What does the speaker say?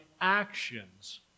actions